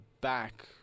back